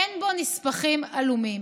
אין בו נספחים עלומים.